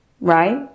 Right